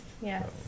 Yes